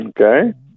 Okay